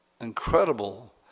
incredible